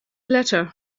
letter